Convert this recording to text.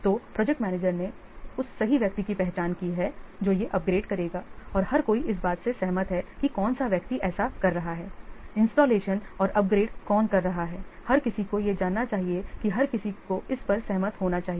तो project manager ने उस सही व्यक्ति की पहचान की है जो ये अपग्रेड करेगा और हर कोई इस बात से सहमत है कि कौन सा व्यक्ति ऐसा कर रहा है इंस्टॉलेशन और अपग्रेड कौन कर रहा है हर किसी को यह जानना चाहिए कि हर किसी को इस पर सहमत होना चाहिए